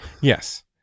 Yes